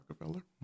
Rockefeller